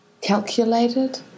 calculated